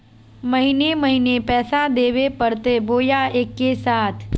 महीने महीने पैसा देवे परते बोया एके साथ?